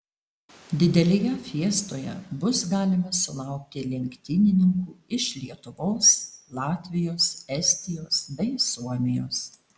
didelėje fiestoje bus galima sulaukti lenktynininkų iš lietuvos latvijos estijos bei suomijos